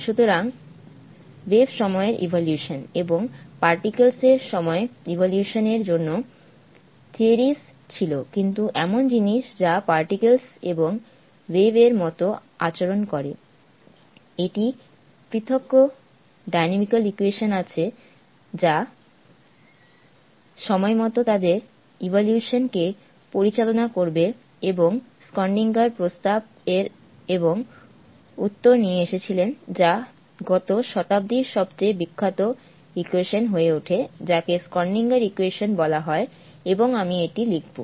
সুতরাং ওয়েভ সময়ের ইভোল্যুশন এবং পার্টিকলেস এর সময় ইভোল্যুশন এর জন্য থিওরিস ছিল কিন্তু এমন জিনিস যা পার্টিকলেস এবং ওয়েভ এর মতো আচরণ করে একটি পৃথক ডাইনামিকাল ইকুয়েশন আছে যা সময়মতো তাদের ইভোল্যুশন কে পরিচালনা করবে এবং স্ক্রডিঙ্গার প্রস্তাব এর এবং উত্তর নিয়ে এসেছিলেন যা গত শতাব্দীর সবচেয়ে বিখ্যাত ইকুয়েশন হয়ে ওঠে যাকে স্ক্রডিঙ্গার ইকুয়েশন বলা হয় এবং আমি এটি লিখব